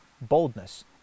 boldness